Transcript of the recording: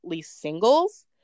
singles